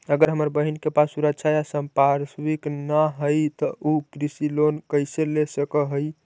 अगर हमर बहिन के पास सुरक्षा या संपार्श्विक ना हई त उ कृषि लोन कईसे ले सक हई?